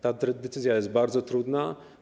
Ta decyzja jest bardzo trudna.